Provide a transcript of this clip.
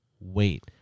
wait